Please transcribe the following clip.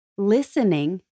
Listening